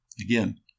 Again